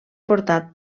portat